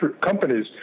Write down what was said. companies